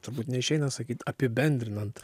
turbūt neišeina sakyt apibendrinant